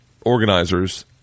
organizers